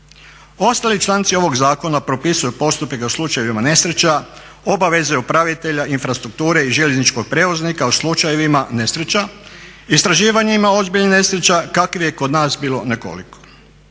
Ostali članci ovog zakona propisuju postupke u slučajevima nesreća, obaveze upravitelja infrastrukture i željezničkog prijevoznika u slučajevima nesreća, istraživanjima ozbiljnih nesreća kakvih je kod nas bilo nekoliko.